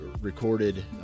recorded